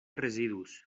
residus